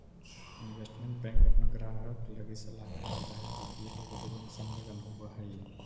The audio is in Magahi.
इन्वेस्टमेंट बैंक अपना ग्राहक लगी सलाहकार आधारित वित्तीय लेवे देवे में संलग्न होवऽ हई